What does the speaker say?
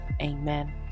Amen